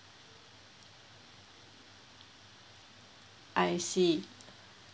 I see